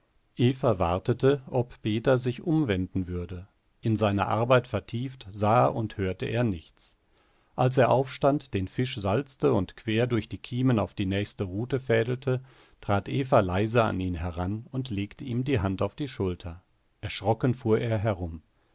wartete ob peter sich umwenden würde in seine arbeit vertieft sah und hörte er nichts als er aufstand den fisch salzte und quer durch die kiemen auf die nächste rute fädelte trat eva leise an ihn heran und legte ihm die hand auf die schulter erschrocken fuhr er herum